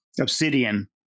obsidian